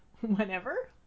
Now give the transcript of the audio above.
Whenever